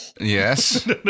Yes